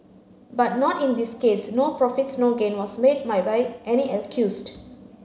but not in this case no profits no gain was made my by any accused